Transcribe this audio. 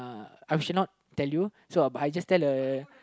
uh I shall not tell you so but I just tell a